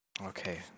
Okay